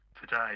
today